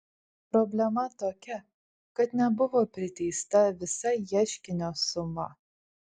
problema tokia kad nebuvo priteista visa ieškinio suma